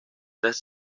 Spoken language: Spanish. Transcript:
tras